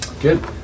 Good